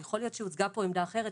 אז יכול להיות שהוצגה פה עמדה אחרת,